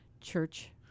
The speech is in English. church